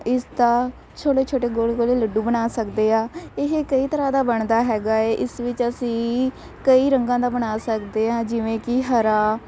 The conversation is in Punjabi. ਇਸਦਾ ਛੋਟੇ ਛੋਟੇ ਗੋਲ ਗੋਲ ਲੱਡੂ ਬਣਾ ਸਕਦੇ ਹਾਂ ਇਹ ਕਈ ਤਰ੍ਹਾਂ ਦਾ ਬਣਦਾ ਹੈਗਾ ਹੈ ਇਸ ਵਿੱਚ ਅਸੀਂ ਕਈ ਰੰਗਾਂ ਦਾ ਬਣਾ ਸਕਦੇ ਹਾਂ ਜਿਵੇਂ ਕਿ ਹਰਾ